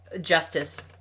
justice